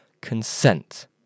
consent